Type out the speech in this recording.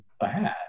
Bad